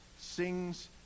sings